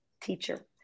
teacher